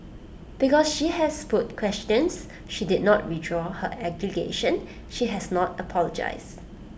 because she has put questions she did not withdraw her allegation she has not apologised